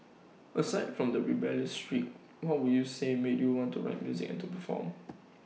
aside from the rebellious streak what would you say made you want to write music and to perform